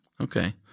Okay